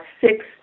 six